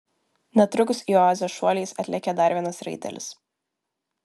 netrukus į oazę šuoliais atlėkė dar vienas raitelis